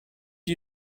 you